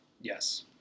yes